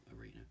arena